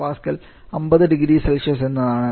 8 MPa 500C എന്നതാണ്